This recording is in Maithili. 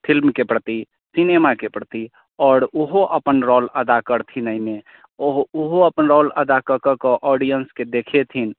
फिल्मकेँ प्रति सिनेमाकेँ प्रति आओर ओहो अपन रोल अदा करथिन एहिमे ओ ओहो रोल अदा कऽ कऽ कऽ ऑडिएन्सके देखयथिन